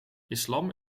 islam